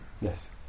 yes